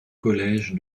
collège